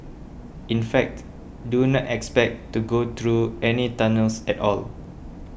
in fact do not expect to go through any tunnels at all